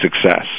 success